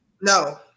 No